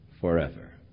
forever